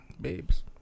Babes